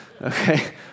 Okay